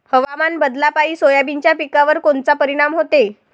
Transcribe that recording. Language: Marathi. हवामान बदलापायी सोयाबीनच्या पिकावर कोनचा परिणाम होते?